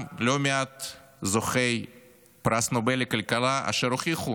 לא מעט זוכי פרס נובל לכלכלה אשר הוכיחו